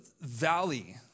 valley